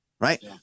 right